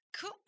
Cool